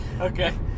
Okay